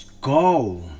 Go